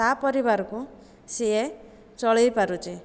ତା ପରିବାରକୁ ସିଏ ଚଳାଇପାରୁଛି